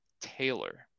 Taylor